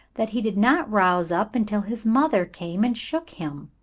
that he did not rouse up until his mother came and shook him.